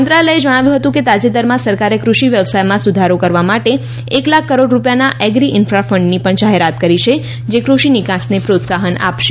મંત્રાલયે જણાવ્યું હતું કે તાજેતરમાં સરકારે કૃષિ વ્યવસાયમાં સુધારો કરવા માટે એક લાખ કરોડ રૂપિયાના એગ્રી ઇન્ફા ફંડની પણ જાહેરાત કરી છે જે કૃષિ નિકાસને પ્રોત્સાહન આપશે